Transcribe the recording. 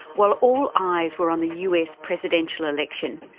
while all eyes were on the us presidential election,